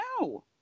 No